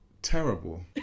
terrible